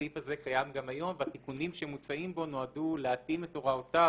הסעיף הזה קיים גם היום והתיקונים שמוצעים בו נועדו להתאים את הוראותיו